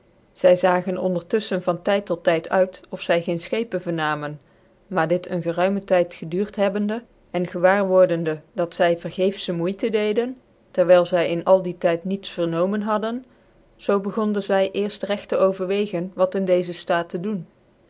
zy zagen ondertuflehen van tyd tot tyd uit of zy geen schepen vernamen maar dit een geruymen tyd geduurd lubbende cn gewaar wordende dat zy vergecfle moeytc deden terwijl zy m al dien tyd niets vernomen hadden zoo begonden zy eerft regt te overwegen wat in dcezc ftaat tc doen